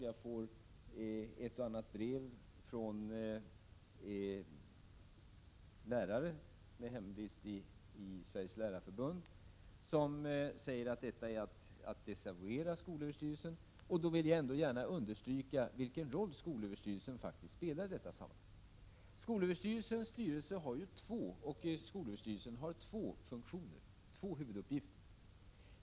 Jag har fått ett och annat brev från lärare med hemvist i Sveriges Lärarförbund, vilka säger att detta är att desavouera skolöverstyrelsen. Det är därför jag vill understryka vilken roll skolöverstyrelsen spelar i detta sammanhang. Skolöverstyrelsen och skolöverstyrelsens styrelse har två huvuduppgifter.